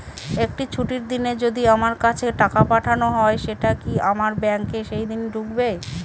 একটি ছুটির দিনে যদি আমার কাছে টাকা পাঠানো হয় সেটা কি আমার ব্যাংকে সেইদিন ঢুকবে?